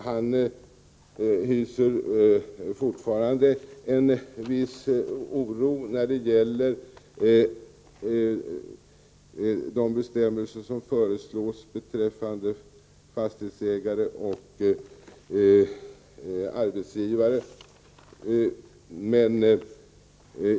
Han hyser fortfarande viss oro när det gäller de bestämmelser som föreslås beträffande fastighetsägare och arbetsgivare.